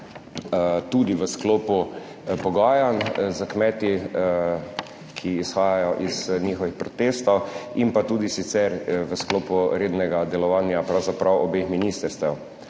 tudi v sklopu pogajanj s kmeti, ki izhajajo iz njihovih protestov in pa tudi sicer v sklopu rednega delovanja pravzaprav obeh ministrstev.